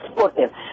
supportive